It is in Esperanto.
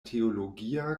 teologia